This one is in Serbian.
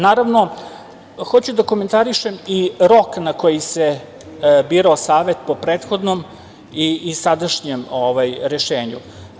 Naravno, hoću da komentarišem i rok na koji se birao Savet po prethodnom i sadašnjem rešenju.